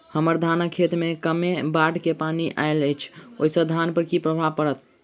हम्मर धानक खेत मे कमे बाढ़ केँ पानि आइल अछि, ओय सँ धान पर की प्रभाव पड़तै?